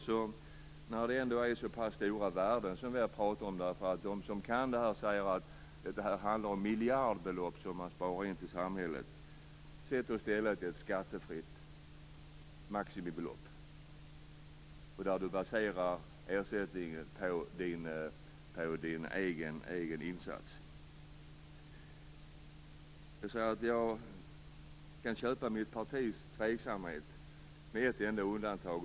Men när det ändå är så pass stora värden som vi här pratar om - de som kan det här säger att det handlar om miljardbelopp som sparas in till samhället - skulle man i stället sätta ett skattefritt maximibelopp där ersättningen baseras på den egna insatsen. Jag kan köpa mitt partis tveksamhet, med enda ett undantag.